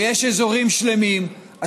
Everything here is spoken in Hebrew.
ויש אזורים שלמים,